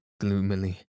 gloomily